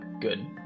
good